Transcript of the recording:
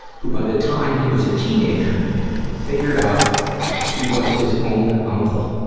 who by the time he was a teenager figured out he was his own uncle.